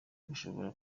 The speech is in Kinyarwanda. bashoboye